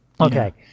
Okay